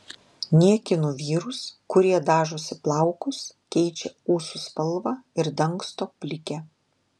niekinu vyrus kurie dažosi plaukus keičia ūsų spalvą ir dangsto plikę